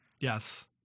Yes